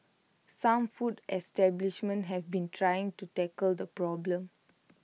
some food establishments have been trying to tackle the problem